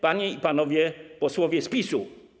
Panie i Panowie Posłowie z PiS-u!